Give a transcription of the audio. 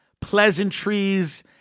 pleasantries